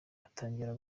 batangiye